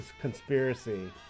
conspiracy